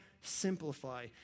simplify